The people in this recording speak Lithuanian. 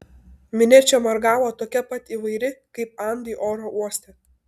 minia čia margavo tokia pat įvairi kaip andai oro uoste